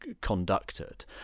conducted